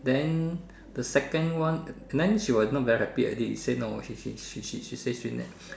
then the second one then she was not very happy at it she say no she she she she say she never